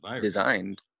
designed